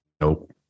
Nope